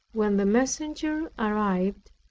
when the messenger arrived,